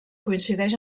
coincideix